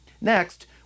Next